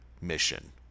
mission